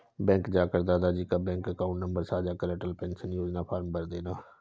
bank जाकर दादा जी का बैंक अकाउंट नंबर साझा कर अटल पेंशन योजना फॉर्म भरदेना